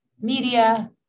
media